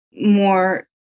more